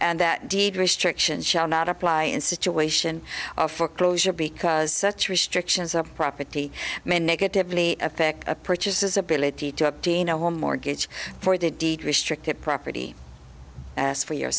and that deed restrictions shall not apply in situation a foreclosure because such restrictions of property may negatively affect a purchase his ability to obtain a home mortgage for the deed restricted property asked for your